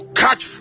catch